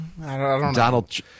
Donald